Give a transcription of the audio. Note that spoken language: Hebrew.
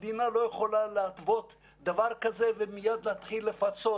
המדינה לא יכולה להתוות דבר כזה ומייד להתחיל לפצות.